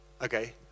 Okay